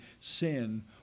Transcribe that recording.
sin